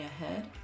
ahead